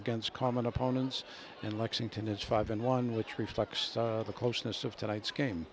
against common opponents in lexington it's five and one which reflects the closeness of tonight's game